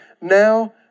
now